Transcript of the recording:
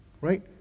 right